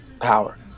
power